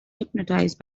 hypnotized